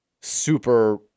super